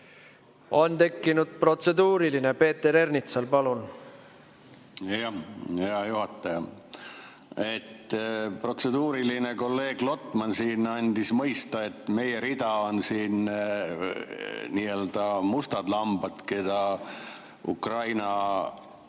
On tekkinud protseduuriline Peeter Ernitsal. Palun! Hea juhataja! Protseduuriline on see, et kolleeg Lotman siin andis mõista, et meie rida on siin nii-öelda mustad lambad, keda Ukrainas